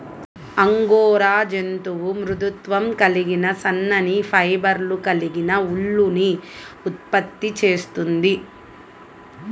angora జంతువు మృదుత్వం కలిగిన సన్నని ఫైబర్లు కలిగిన ఊలుని ఉత్పత్తి చేస్తుంది